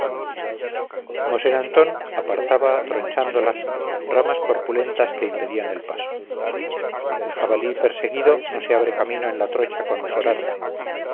mosén antón apartaba tronchándolas ramas corpulentas que impedían el paso el jabalí perseguido no se abre camino en la trocha con